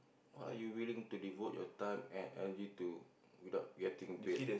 what are you wiling to devote your time and energy to without getting paid